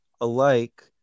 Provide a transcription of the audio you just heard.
alike